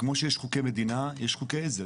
כמו שיש חוקי מדינה, יש חוקי עזר.